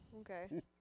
okay